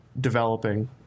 developing